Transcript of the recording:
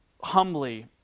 humbly